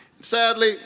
Sadly